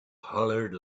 hollered